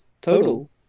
Total